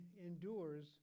endures